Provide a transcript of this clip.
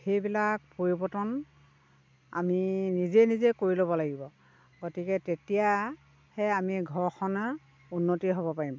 সেইবিলাক পৰিৱৰ্তন আমি নিজে নিজে কৰি ল'ব লাগিব গতিকে তেতিয়াহে আমি ঘৰখনৰ উন্নতি হ'ব পাৰিম